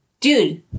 Dude